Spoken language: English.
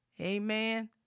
Amen